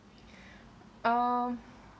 oh